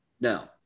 No